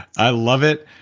i love it.